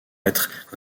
être